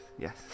Yes